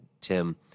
Tim